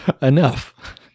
Enough